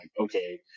Okay